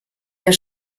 der